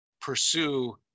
pursue